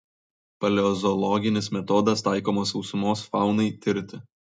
paleozoologinis metodas taikomas sausumos faunai tirti